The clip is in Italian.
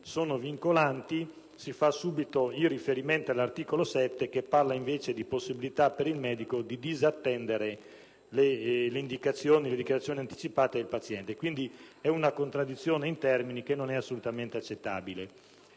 «sono vincolanti», si fa subito riferimento all'articolo 7, che parla invece di possibilità per il medico di disattendere le dichiarazioni anticipate del paziente. Quindi, è una contraddizione in termini, che non è assolutamente accettabile.